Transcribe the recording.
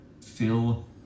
fill